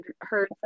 heard